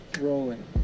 rolling